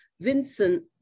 Vincent